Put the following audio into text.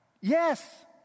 Yes